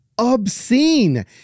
obscene